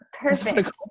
perfect